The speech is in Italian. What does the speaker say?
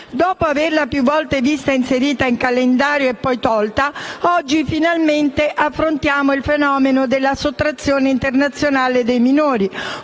Dopo averlo più volte visto inserito in calendario e poi tolto, oggi finalmente affrontiamo il tema della sottrazione internazionale dei minori.